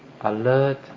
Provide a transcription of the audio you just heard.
alert